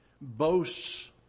boasts